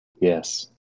Yes